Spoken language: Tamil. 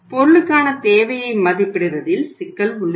பொருளுக்கான தேவையை மதிப்பிடுவதில் சிக்கல் உள்ளது